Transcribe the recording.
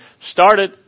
started